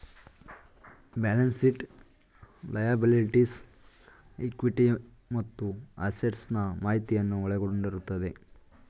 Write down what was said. balance sheet liabilities, equity ಮತ್ತು assets ನಾ ಮಾಹಿತಿಯನ್ನು ಒಳಗೊಂಡಿರುತ್ತದೆ